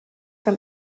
from